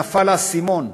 נפל האסימון.